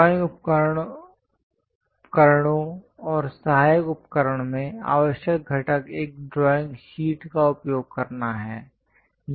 drawing उपकरणों और सहायक उपकरण में आवश्यक घटक एक ड्राइंग शीट का उपयोग करना है